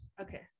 Okay